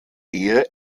ehe